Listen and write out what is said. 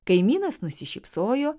kaimynas nusišypsojo